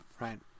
right